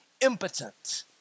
impotent